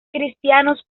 cristianos